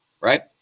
right